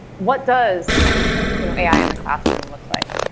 what does you know ai in the classroom look like?